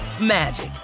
magic